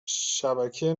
شبکه